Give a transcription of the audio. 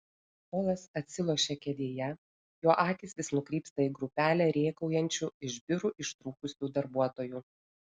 polas atsilošia kėdėje jo akys vis nukrypsta į grupelę rėkaujančių iš biurų ištrūkusių darbuotojų